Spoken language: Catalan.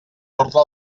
ordre